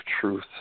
truth